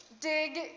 dig